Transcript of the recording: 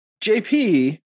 JP